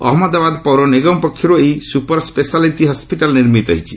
ଅହଜ୍ଞଦାବାଦ ପୌର ନିଗମ ପକ୍ଷରୁ ଏହି ସୁପର ସ୍କେସାଲିଟି ହସ୍କିଟାଲ୍ ନିର୍ମିତ ହୋଇଛି